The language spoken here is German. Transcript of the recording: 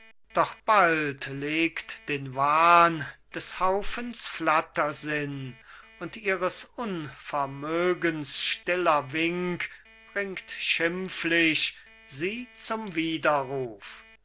doch bald legt den wahn des haufens flattersinn und ihres unvermögens stiller wink bringt schimpflich sie zum widerruf